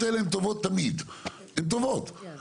הוא מדבר על דירת הקבע שלו, האם